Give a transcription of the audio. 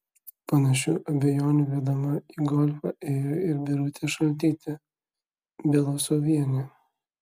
panašių abejonių vedama į golfą ėjo ir birutė šaltytė belousovienė